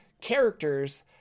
characters